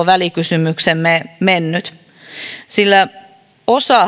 välikysymyksemme täysin hukkaankaan mennyt sillä osa